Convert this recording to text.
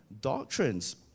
doctrines